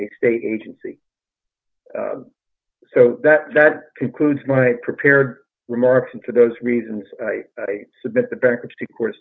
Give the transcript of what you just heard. a state agency so that that concludes my prepared remarks and for those reasons i submit the bankruptcy court